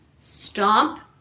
stomp